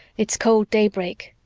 it's cold daybreak.